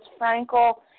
Frankel